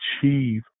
achieve